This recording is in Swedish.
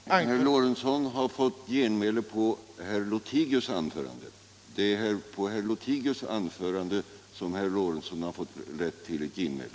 Jag får erinra om att herr Lorentzon har fått genmäle med anledning av herr Lothigius anförande. Talaren fortsatte: Det kände jag inte till.